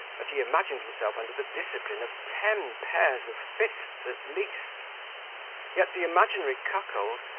that he imagined himself under the discipline of ten pairs of fists at least yet the imaginary cuckold,